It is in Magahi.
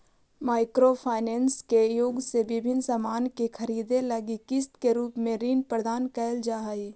माइक्रो फाइनेंस के युग में विभिन्न सामान के खरीदे लगी किस्त के रूप में ऋण प्रदान कईल जा हई